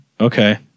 okay